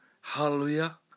hallelujah